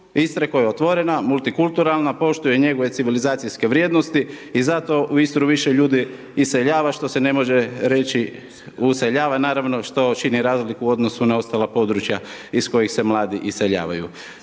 Istre koja je otvorena, multikulturalna, poštuje i njeguje civilizacijske vrijednosti i zato u Istru više ljudi iseljava što se ne može reći, useljava, naravno, što čini razliku u odnosu na ostala područja iz kojih se mladi iseljavaju.